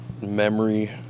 memory